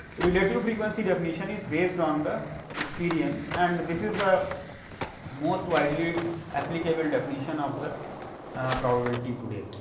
relative frequency definition is based on the experience, and this is the most widely applicable definition of the probability today.